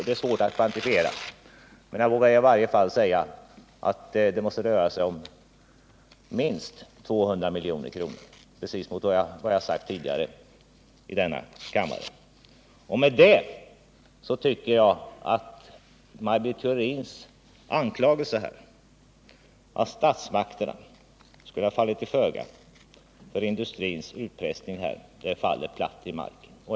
Det är svårt att kvantifiera, men jag vågar i alla fall säga att det måste röra sig om minst 200 milj.kr., som jag också har sagt tidigare i denna kammare. Jag anser att Maj Britt Theorins Nr 46 anklagelse, att statsmakterna skulle ha fallit till föga för industrins utpressning, faller platt till marken.